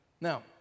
Now